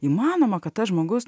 įmanoma kad tas žmogus